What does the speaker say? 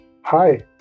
Hi